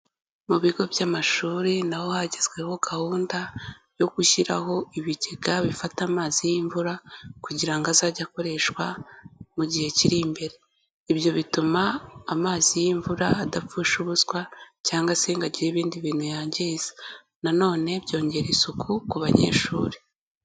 Mu bigo by'amashuri naho hagezweho gahunda yo gushyiraho ibigega bifata amazi y'imvura kugira ngo azajye akoreshwa mu gihe kiri imbere. Ibyo bituma amazi y'imvura adapfusha ubuswa cyangwa se ngo agire ibindi bintu yangiza. Nanone byongera isuku ku banyeshuri.